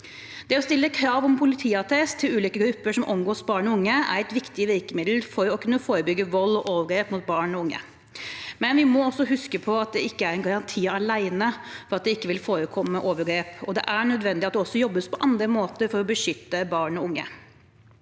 Det å stille krav om politiattest til ulike grupper som omgås barn og unge, er et viktig virkemiddel for å kunne forebygge vold og overgrep mot barn og unge. Men vi må også huske på at det ikke er en garanti alene for at det ikke vil forekomme overgrep, og det er nødvendig at det også jobbes på andre måter for å beskytte barn og unge.